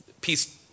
peace